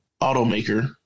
automaker